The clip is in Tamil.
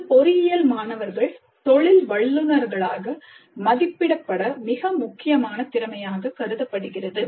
இது பொறியியல் மாணவர்கள் தொழில் வல்லுநர்களாக மதிப்பிடப்பட மிக முக்கியமான திறமையாகக் கருதப்படுகிறது